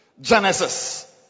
Genesis